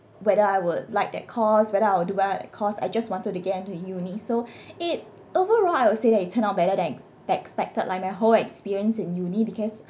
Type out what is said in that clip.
whether I would like that course whether I would do well in that course I just wanted to get into uni so it overall I would say that it turn out better than ex~ expected like my whole experience in uni because